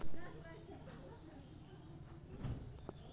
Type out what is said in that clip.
Mobile দিয়া কি চাষবাসের সরঞ্জাম কিনা সম্ভব?